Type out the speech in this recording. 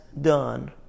done